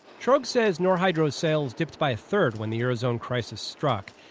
trog says norrhydro's sales dipped by a third when the eurozone crisis struck.